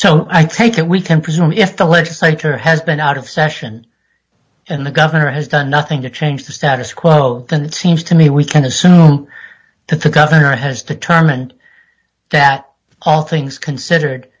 so i take it we can presume if the legislature has been out of session and the governor has done nothing to change the status quo then it seems to me we can assume that the governor has determined that all things considered